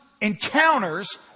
encounters